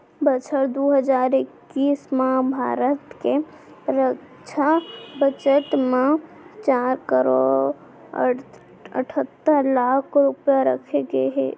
बछर दू हजार इक्कीस म भारत के रक्छा बजट म चार करोड़ अठत्तर लाख रूपया रखे गए हे